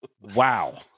Wow